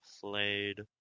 played